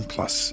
Plus